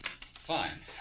Fine